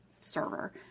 server